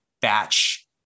batch